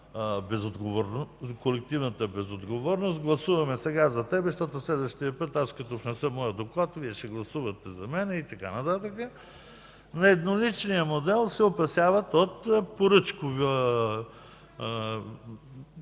колективната безотговорност – гласуваме сега за теб, защото следващият път аз като внеса моя доклад Вие ще гласувате за мен и така нататък. При подкрепящите едноличния модел се опасяват от превръщане